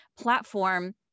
platform